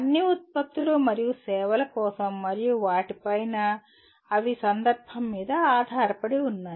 అన్ని ఉత్పత్తులు మరియు సేవల కోసం మరియు వాటి పైన అవి సందర్భం మీద ఆధారపడి ఉంటాయి